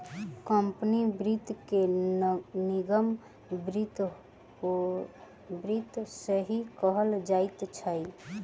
company वित्त के निगम वित्त सेहो कहल जाइत अछि